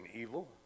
evil